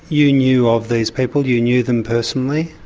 you knew of these people, you knew them personally?